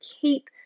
keep